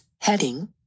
heading